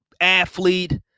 athlete